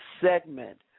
segment